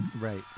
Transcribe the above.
right